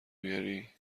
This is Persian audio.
بیاری